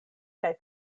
kaj